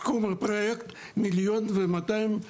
סכום הפרויקט 1.2 מיליון שקלים.